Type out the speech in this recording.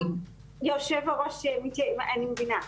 היושב-ראש, אני מבינה.